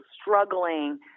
struggling